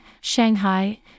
Shanghai